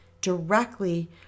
directly